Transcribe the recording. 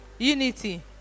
Unity